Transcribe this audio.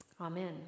Amen